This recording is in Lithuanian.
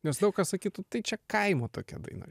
nes daug kas sakytų tai čia kaimo tokia daina